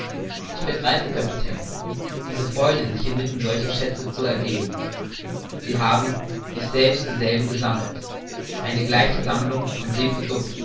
ich begreife kapitän diese freude sich inmitten solcher schätze zu ergehen sie haben sich selbst dieselben gesammelt eine gleiche sammlung von